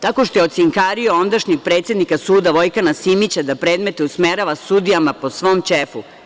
Tako što je ocinkario ondašnjeg predsednika suda, Vojkana Simića, da predmete usmerava sudijama po svom ćefu.